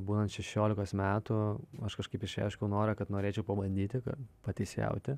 būnant šešiolikos metų aš kažkaip išreiškiau norą kad norėčiau pabandyti kad pateisėjauti